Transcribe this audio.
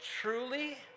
truly